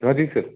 हाँ जी सर